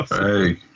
Hey